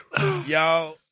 y'all